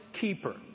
keeper